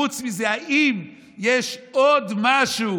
חוץ מזה, האם יש עוד משהו,